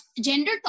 gender